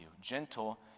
Gentle